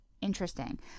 interesting